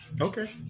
Okay